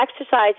exercise